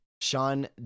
Sean